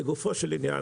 לגופו של עניין,